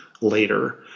later